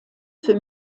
für